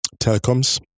telecoms